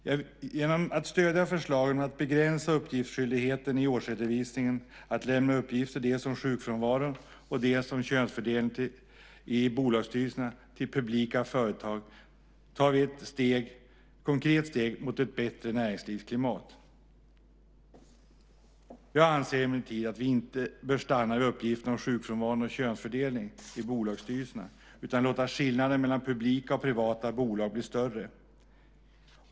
Genom att stödja förslagen att begränsa skyldigheten att i årsredovisningen lämna uppgifter dels om sjukfrånvaro, dels om könsfördelningen i bolagsstyrelserna till publika företag tar vi ett konkret steg mot ett bättre näringslivsklimat. Jag anser emellertid att vi inte bör stanna vid uppgifterna om sjukfrånvaron och könsfördelning i bolagsstyrelserna utan låta skillnaden mellan publika och privata bolag bli större.